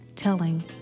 Telling